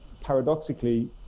paradoxically